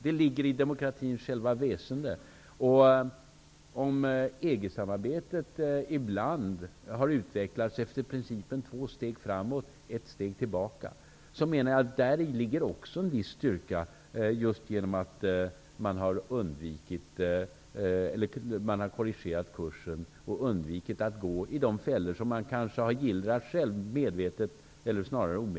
Det ligger i demokratins väsen. EG-samarbetet har ibland utvecklats efter principen två steg framåt och ett steg tillbaka, men jag menar att det också däri ligger en viss styrka. Man har därigenom korrigerat kursen och undvikit att gå i de fällor som man kanske själv omedvetet har gillrat.